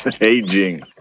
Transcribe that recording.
Aging